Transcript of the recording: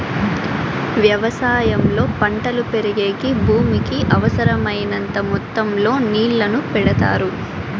వ్యవసాయంలో పంటలు పెరిగేకి భూమికి అవసరమైనంత మొత్తం లో నీళ్ళను పారబెడతారు